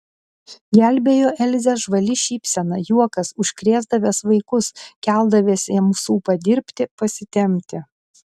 gelbėjo elzę žvali šypsena juokas užkrėsdavęs vaikus keldavęs jiems ūpą dirbti pasitempti